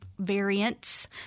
variants